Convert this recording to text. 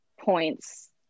points